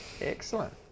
Excellent